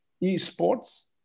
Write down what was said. e-sports